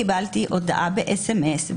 קיבלתי הודעה בסמס,